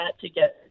together